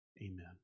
Amen